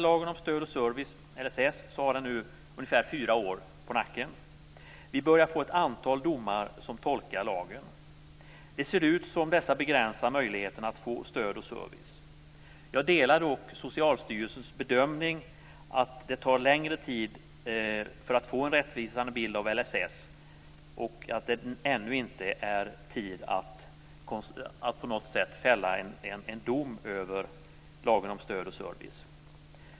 Lagen om stöd och service, LSS, har nu ungefär fyra år på nacken. Vi börjar få ett antal domar som tolkar lagen. Det ser ut som om dessa begränsar möjligheterna att få stöd och service. Jag delar dock Socialstyrelsens bedömning att det tar längre tid för att få en rättvisande bild av LSS och att det ännu inte är tid att på något sätt fälla en dom över lagen om stöd och service.